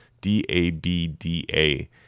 D-A-B-D-A